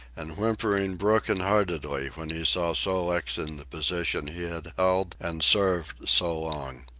and whimpering broken-heartedly when he saw sol-leks in the position he had held and served so long.